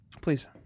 Please